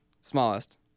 Smallest